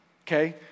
okay